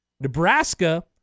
Nebraska